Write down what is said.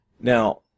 Now